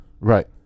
Right